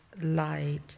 Light